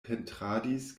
pentradis